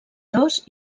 dos